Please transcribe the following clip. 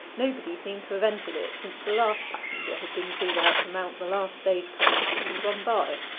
nobody seemed to have entered it since the last passenger had been called out to mount the last stage-coach that had run by.